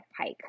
pike